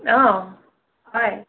অঁ হয়